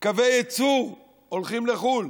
קווי ייצור הולכים לחו"ל.